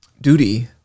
duty